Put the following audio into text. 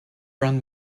run